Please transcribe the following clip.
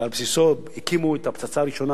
על בסיסה הקימו את הפצצה הראשונה,